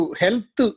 health